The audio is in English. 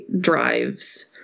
drives